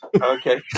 Okay